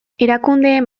erakundeen